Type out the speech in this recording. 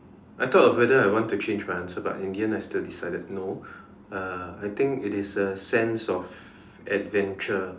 I thought of whether I want to change my answer but in the end I still decided no uh I think it is a sense of adventure